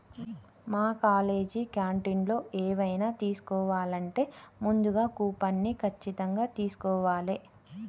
మా కాలేజీ క్యాంటీన్లో ఎవైనా తీసుకోవాలంటే ముందుగా కూపన్ని ఖచ్చితంగా తీస్కోవాలే